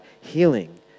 healing